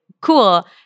cool